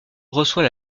reçoit